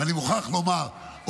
ואני מוכרח לומר,